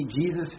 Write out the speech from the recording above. Jesus